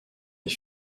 les